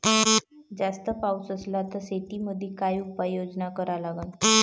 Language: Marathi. जास्त पाऊस असला त शेतीमंदी काय उपाययोजना करा लागन?